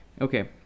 okay